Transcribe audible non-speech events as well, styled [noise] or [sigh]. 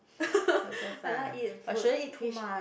[laughs] I like eat and food fish